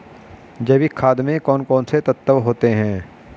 जैविक खाद में कौन कौन से तत्व होते हैं?